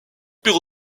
pur